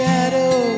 Shadow